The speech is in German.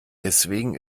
deswegen